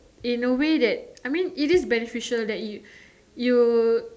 in a way that I mean it is beneficial that you you